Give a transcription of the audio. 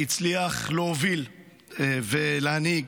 הצליח להוביל ולהנהיג,